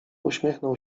uśmiechnął